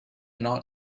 not